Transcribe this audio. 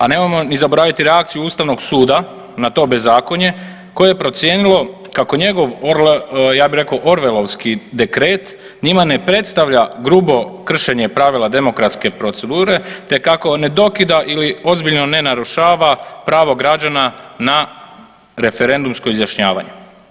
A nemojmo zaboraviti ni reakciju Ustavnog suda na to bezakonje koje je procijenilo kako njegov ja bi rekao Orwelovski dekret njima ne predstavlja grubo kršenje pravila demokratske procedure te kako ne dokida ili ozbiljno ne narušava pravo građana na referendumsko izjašnjavanje.